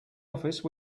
office